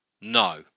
no